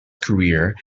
career